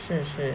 是是